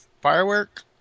firework